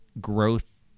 growth